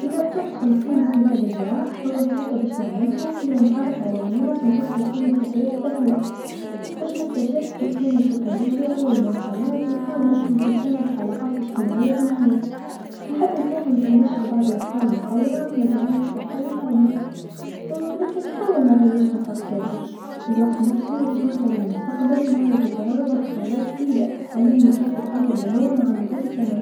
إذا رجعت خمسين سنه للوراء أول حاجه باش نعملها هي نتعرف على ناس و نشوف كيف كانت الحياة في هذاك الوقت، باش نكتشف كيف كانت التكنولوجيا و المواصلات و نحاول نفهم كيف كانت العلاقات الإجتماعيه بين الناس، نحب نساهم في نشر بعض الأفكار المطوره في مجالات الصحه و التعليم لكن نحاول منغيرش مسار التاريخ، في الوقت نفسو باش نرجع للمستقبل و معايا تجارب و حكايات جديدا تعلمني كيف تتغير الأمور مع مرور الزمن.